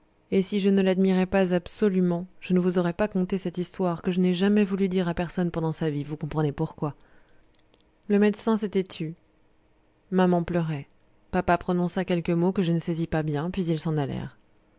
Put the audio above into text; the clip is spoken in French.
et si je ne l'admirais pas absolument je ne vous aurais pas conté cette histoire que je n'ai jamais voulu dire à personne pendant sa vie vous comprenez pourquoi le médecin s'était tu maman pleurait papa prononça quelques mots que je ne saisis pas bien puis ils s'en